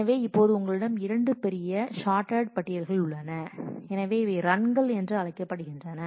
எனவே இப்போது உங்களிடம் இரண்டு பெரிய ஸோர்ட்டெட் பட்டியல்கள் உள்ளன எனவே இவை ரன்கள் என்று அழைக்கப்படுகின்றன